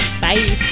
bye